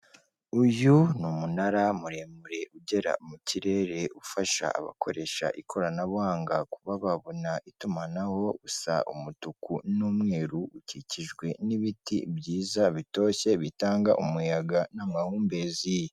Uyu ni umunara muremure ugera mu kirere ufasha abakoresha ikoranabuhanga kuba babona itumanaho, usa umutuku n'umweru; ukikijwe n'ibiti byiza bitoshye bitanga umuyaga n'amahumbezi.